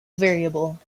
variable